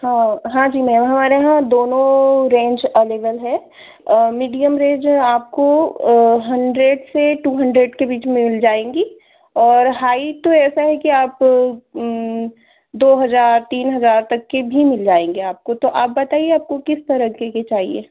हाँ हाँ जी मैम हमारे यहाँ दोनों रेंज अलेबल है मीडियम रेंज आपको हण्ड्रेड से टू हण्ड्रेड के बीच में मिल जाएँगी और हाइ तो ऐसा है कि आप दो हज़ार तीन हज़ार तक की भी मिल जाएँगे आपको तो आप बताइए आपको किस तरह के चाहिए